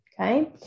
okay